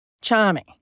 Charming